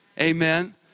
amen